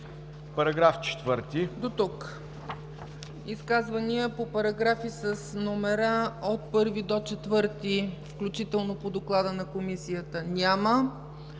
„Параграф 4